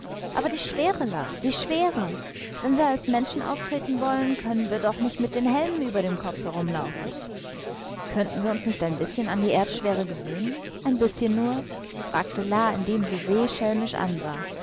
aber die schwere la die schwere wenn wir als menschen auftreten wollen können wir doch nicht mit den helmen über dem kopf herumlaufen könnten wir uns nicht ein bißchen an die erdschwere gewöhnen ein bißchen nur fragte la indem sie se schelmisch ansah